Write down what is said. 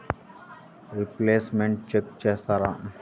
Repayments check చేస్తారా?